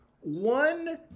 one